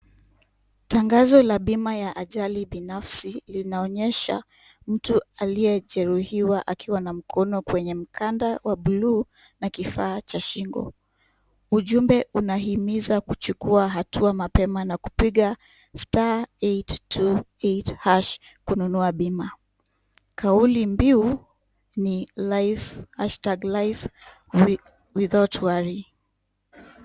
Tangazo ya bima la ajali binafsi linaonyesha mtu aliyejeruhiwa akiwa na mkono kwenye mkanda wa bluu na kifaa cha shingo. Ujumbe unahimiza kuchukua hatua mapema na kupiga *828# kununua bima. Kauli mbiu ni hashtag life without worry .